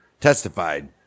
testified